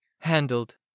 Handled